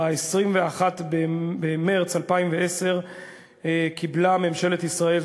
ב-21 במרס 2010 קיבלה ממשלת ישראל,